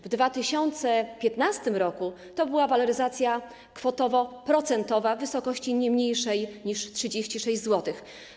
W 2015 r. to była waloryzacja kwotowo-procentowa w wysokości nie mniejszej niż 36 zł.